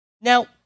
Now